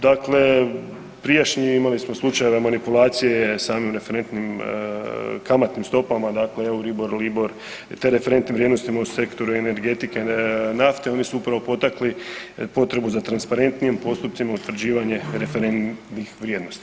Dakle, prijašnji, imali smo slučajeva manipulacije samim referentnim kamatnim stopama, dakle Euribor, Libor i te referentnim vrijednostima u sektoru energetike i nafte, oni su upravo potakli potrebu za transparentnijim postupcima utvrđivanja referentnih vrijednosti.